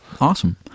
Awesome